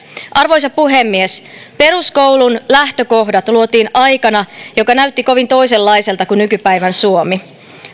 arvoisa puhemies peruskoulun lähtökohdat luotiin aikana joka näytti kovin toisenlaiselta kuin nykypäivän suomi